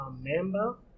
member